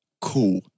Cool